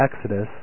exodus